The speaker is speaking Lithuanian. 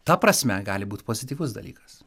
ta prasme gali būt pozityvus dalykas